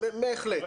בהחלט,